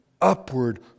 upward